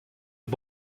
est